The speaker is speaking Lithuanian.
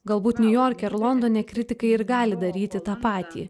galbūt niujorke ar londone kritikai ir gali daryti tą patį